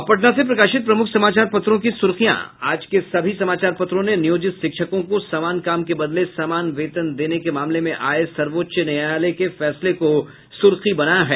अब पटना से प्रकाशित प्रमुख समाचार पत्रों की सुर्खियां आज के सभी समाचारों पत्रों ने नियोजित शिक्षकों को समान काम के बदले समान वेतन देने के मामले में आये सर्वोच्च न्यायालय के फैसले को सूर्खी बनाया है